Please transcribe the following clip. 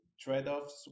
trade-offs